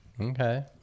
Okay